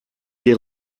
des